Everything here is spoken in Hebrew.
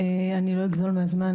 אני לא אגזול מהזמן,